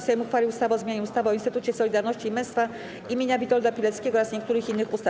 Sejm uchwalił ustawę o zmianie ustawy o Instytucie Solidarności i Męstwa imienia Witolda Pileckiego oraz niektórych innych ustaw.